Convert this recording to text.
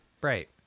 bright